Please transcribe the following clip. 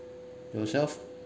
yourself